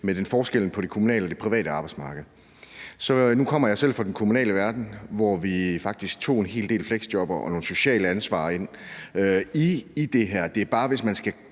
med forskellen på det kommunale og det private arbejdsmarked. Nu kommer jeg selv fra den kommunale verden, hvor vi faktisk har taget en hel del fleksjobbere og noget socialt ansvar med ind i det her, og jeg nævner